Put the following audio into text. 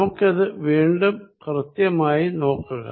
നമുക്കിത് കുറച്ച് കൂടി കൃത്യമാക്കാം